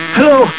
Hello